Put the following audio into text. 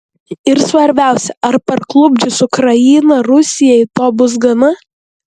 ir svarbiausia ar parklupdžius ukrainą rusijai to bus gana